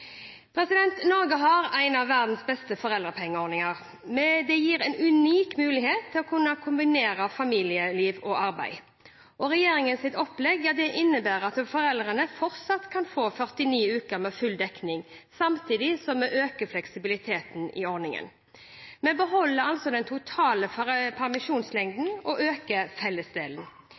Norge har en av verdens beste foreldrepengeordninger. Det gir en unik mulighet til å kunne kombinere familieliv og arbeid. Regjeringens opplegg innebærer at foreldre fortsatt kan få 49 uker med full dekning, samtidig som vi øker fleksibiliteten i ordningen. Vi beholder den totale permisjonslengden og øker fellesdelen.